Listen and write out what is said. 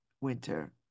winter